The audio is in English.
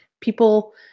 people